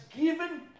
given